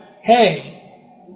hey